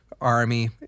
army